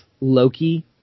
Loki